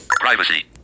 privacy